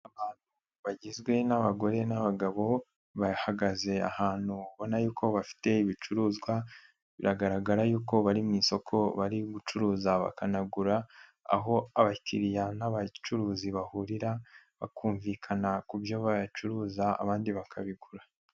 Abantu bagizwe n'abagore n'abagabo bahagaze ahantu ubona yuko ko bafite ibicuruzwa biragaragara yuko bari mu isoko bari gucuruza bakanagura, aho abakiriya n'abacuruzi bahurira bakumvikana ku byo bacuruza abandi bakabigura.